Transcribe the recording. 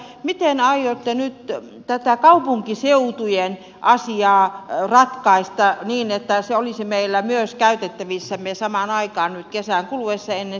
miten aiotte nyt tätä kaupunkiseutujen asiaa ratkaista niin että se ratkaisu olisi meillä myös käytettävissämme samaan aikaan nyt kesän kuluessa ennen seuraavaa kuntakuulemista